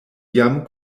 jam